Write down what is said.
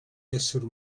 essere